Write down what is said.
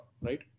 right